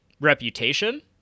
reputation